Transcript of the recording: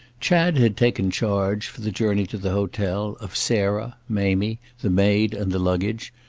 chad had taken charge, for the journey to the hotel, of sarah, mamie, the maid and the luggage,